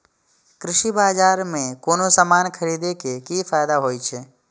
कृषि बाजार में कोनो सामान खरीदे के कि फायदा होयत छै?